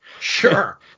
Sure